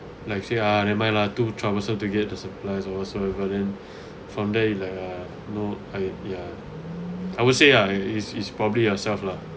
like say ah never mind lah too troublesome to get the supplies or whatsoever then from there you like ah no I ya I would say ah it's it's probably yourself lah